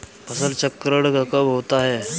फसल चक्रण कब होता है?